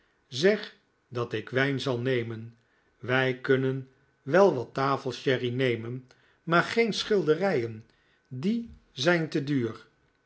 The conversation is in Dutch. zeg dat ik wijn zal nemen wij kunnen wel wat tafelsherry nemen maar geen schilderijen die zijn te duur